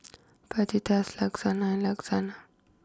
Fajitas Lasagna Lasagna